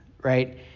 right